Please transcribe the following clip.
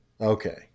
Okay